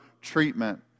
treatment